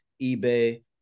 eBay